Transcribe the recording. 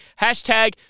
Hashtag